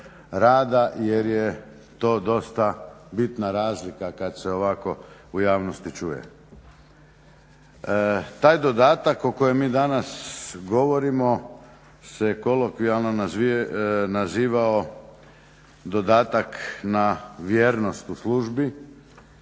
jer je to dosta bitna razlika kad se ovako u javnosti čuje. Taj dodatak o kojem mi danas govorimo se kolokvijalno nazivao dodatak na vjernost u službi,